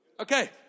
Okay